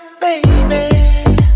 baby